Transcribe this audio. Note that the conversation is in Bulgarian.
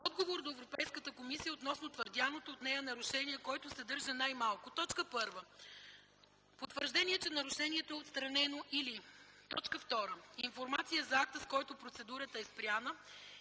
отговор до Европейската комисия относно твърдяното от нея нарушение, който съдържа най-малко: 1. потвърждение, че нарушението е отстранено, или 2. информация за акта, с който процедурата е спряна,